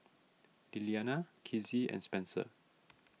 Lilliana Kizzie and Spencer